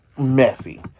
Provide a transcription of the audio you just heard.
messy